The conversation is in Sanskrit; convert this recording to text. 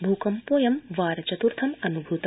भूकम्पोऽयं वार चतुर्थं अनुभूत